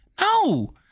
No